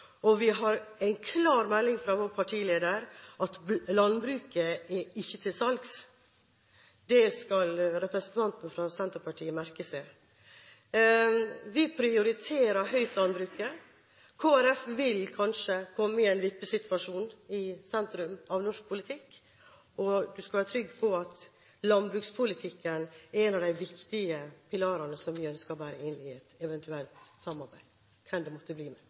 og vi har en klar melding fra vår partileder om at landbruket ikke er til salgs. Det skal representanten fra Senterpartiet merke seg. Vi prioriterer landbruket høyt. Kristelig Folkeparti vil kanskje komme i en vippesituasjon i sentrum av norsk politikk, og man skal være trygg på at landbrukspolitikken er en av de viktige pilarene som vi ønsker å bære inn i et eventuelt samarbeid – uansett hvem det måtte bli med.